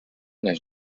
než